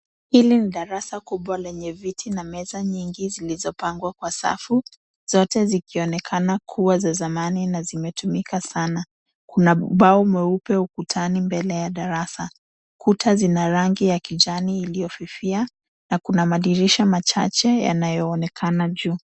Hili ni darasa kubwa lenye viti na meza nyingi zilizopangwa kwa safu, zote zikionekana kuwa za zamani na zimetumika sana. Kuna ubao mweupe ukutani mbele ya darasa. Kuta zina rangi ya kijani iliyofifia. Na kuna madirisha machache yanayoonekana juu.